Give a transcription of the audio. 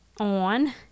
on